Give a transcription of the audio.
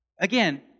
Again